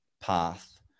path